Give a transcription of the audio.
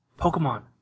pokemon